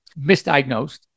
misdiagnosed